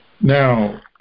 Now –